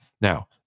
Now